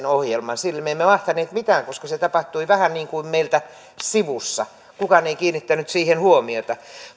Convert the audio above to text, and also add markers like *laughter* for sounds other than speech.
*unintelligible* ohjelman sille me emme mahtaneet mitään koska se tapahtui vähän niin kuin meiltä sivussa kukaan ei kiinnittänyt siihen huomiota